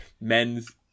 men's